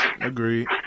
Agreed